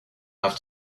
have